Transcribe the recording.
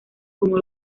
como